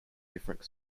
different